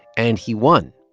and he won